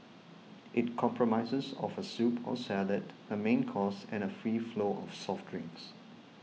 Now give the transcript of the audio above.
it comprises of a soup or salad a main course and free flow of soft drinks